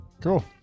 Cool